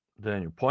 Daniel